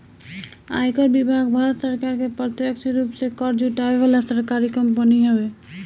आयकर विभाग भारत सरकार के प्रत्यक्ष रूप से कर जुटावे वाला सरकारी कंपनी हवे